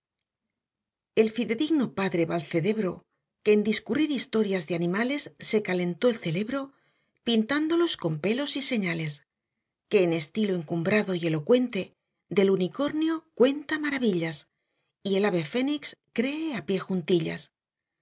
el fidedigno padre valdecebro que en discurrir historias de animales se calentó el celebro pintándolos con pelos y señales que en estilo encumbrado y elocuente del unicornio cuenta maravillas y el ave fénix cree a pie juntillas